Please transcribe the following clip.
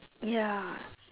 ya